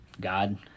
God